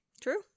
True